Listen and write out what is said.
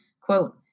Quote